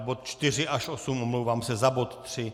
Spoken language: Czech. Bod 4 až 8, omlouvám se, za bod 3.